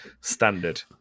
standard